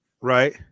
Right